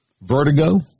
vertigo